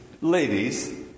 ladies